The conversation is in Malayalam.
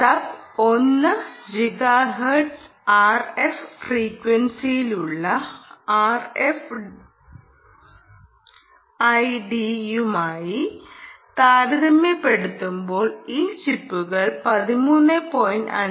സബ് 1 ഗിഗാഹെർട്സ് ആർഎഫ് ഫ്രീക്വൻസിയിലുള്ള ആർഎഫ്ഐഡിയുമായി താരതമ്യപ്പെടുത്തുമ്പോൾ ഈ ചിപ്പുകൾ 13